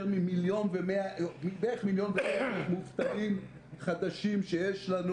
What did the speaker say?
מ- 1.1 מיליון מובטלים חדשים שיש לנו